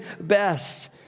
best